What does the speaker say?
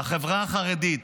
שהחברה החרדית,